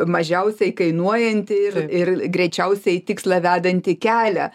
mažiausiai kainuojantį ir ir greičiausiai į tikslą vedantį kelią